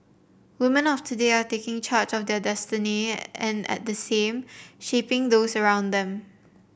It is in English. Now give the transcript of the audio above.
women of today are taking charge of their destiny and at the same shaping those around them